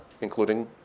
including